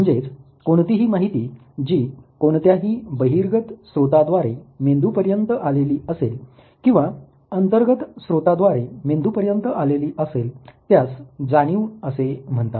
म्हणजेच कोणतीही माहिती जी कोणत्याही बहिर्गत स्रोताद्वारे मेंदूपर्यंत आलेली असेल किंवा अंतर्गत स्रोताद्वारे मेंदूपर्यंत आलेली असेल त्यास जाणीव असे म्हणतात